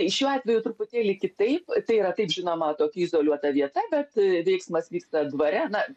šiuo atveju truputėlį kitaip tai yra taip žinoma tokia izoliuota vieta bet veiksmas vyksta dvare na